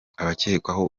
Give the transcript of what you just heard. abakekwaho